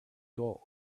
gold